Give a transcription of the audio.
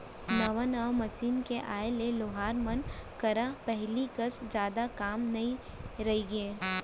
नवा नवा मसीन के आए ले लोहार मन करा पहिली कस जादा काम नइ रइगे